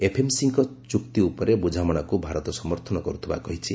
ଏଫଏମସିଙ୍କ ଚୁକ୍ତି ଉପରେ ବୁଝାମଣାକୁ ଭାରତ ସମର୍ଥନ କରୁଥିବା କହିଛି